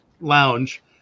lounge